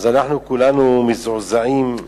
אז אנחנו כולנו מזועזעים,